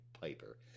Piper